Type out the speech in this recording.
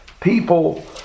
People